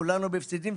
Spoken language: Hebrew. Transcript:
כולנו מפסידים,